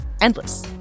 endless